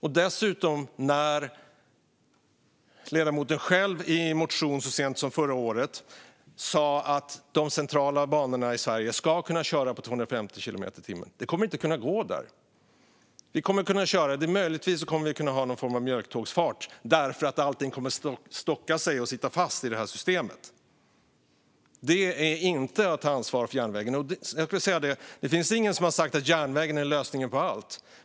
Ledamoten skrev själv i en motion så sent som förra året att man på de centrala banorna i Sverige ska kunna köra i 250 kilometer i timmen. Det kommer inte att gå där. Möjligtvis kommer vi att kunna köra med någon form av mjölktågsfart. Allting kommer att stocka sig och sitta fast i det här systemet. Det är inte att ta ansvar för järnvägen. Det är ingen som har sagt att järnvägen är lösningen på allt.